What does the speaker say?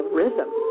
rhythm